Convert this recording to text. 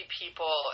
people